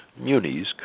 munis